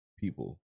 people